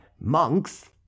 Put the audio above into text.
monks